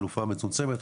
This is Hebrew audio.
חלופה מצומצמת,